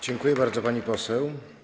Dziękuję bardzo, pani poseł.